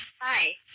Hi